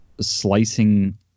slicing